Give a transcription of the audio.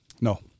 No